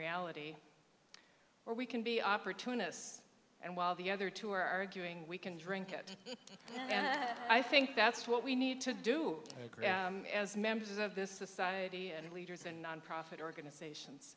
reality or we can be opportunists and while the other two are arguing we can drink it and i think that's what we need to do and as members of this society and leaders and nonprofit organizations